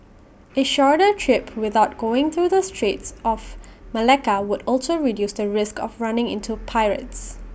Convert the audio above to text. A shorter trip without going through the straits of Malacca would also reduce the risk of running into pirates